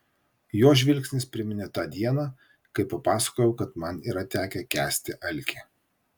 jo žvilgsnis priminė tą dieną kai papasakojau kad man yra tekę kęsti alkį